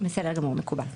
בסדר גמור, מקובל.